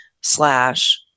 slash